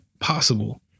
possible